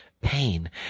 pain